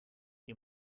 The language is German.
die